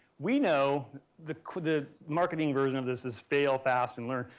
we know the the marketing version of this is fail fast and learn.